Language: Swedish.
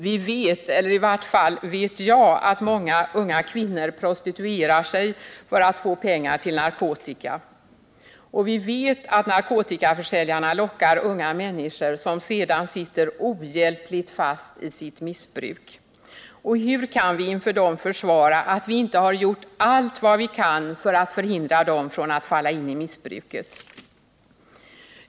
Vi vet, i varje fall vet jag, att många unga kvinnor prostituerar sig för att få pengar till narkotika. Vi vet också att narkotikaförsäljarna lockar unga människor, som sedan sitter ohjälpligt fast i sitt missbruk. Hur kan vi inför dem försvara att vi inte har gjort allt för att hindra dem att förfalla till missbruk?